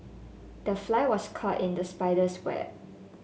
the fly was caught in the spider's web